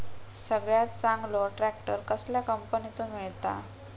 सगळ्यात चांगलो ट्रॅक्टर कसल्या कंपनीचो मिळता?